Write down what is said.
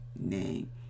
name